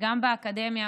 גם באקדמיה,